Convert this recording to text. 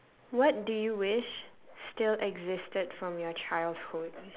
what do you wish still existed from your childhood